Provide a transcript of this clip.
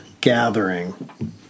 gathering